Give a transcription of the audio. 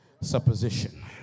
supposition